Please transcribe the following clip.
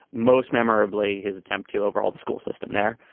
most memorably his attempt to overhaul the school system there,